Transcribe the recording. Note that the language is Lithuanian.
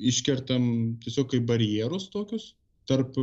iškertam tiesiog kaip barjerus tokius tarp